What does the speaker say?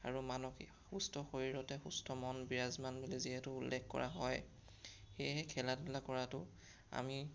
আৰু মানসিক সুস্থ শৰীৰতহে সুস্থ মন বিৰাজমান বুলি যিহেতু উল্লেখ কৰা হয় সেয়েহে খেলা ধূলা কৰাতো আমি